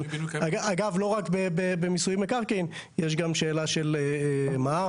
אגב, לא רק במיסוי מקרקעין, יש גם שאלה של מע"מ.